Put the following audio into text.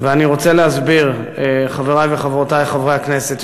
ואני רוצה להסביר, חברי וחברותי חברי הכנסת.